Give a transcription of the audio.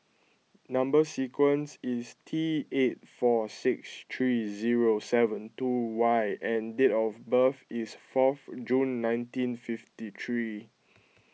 Number Sequence is T eight four six three zero seven two Y and date of birth is fourth June nineteen fifty three